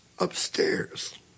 Upstairs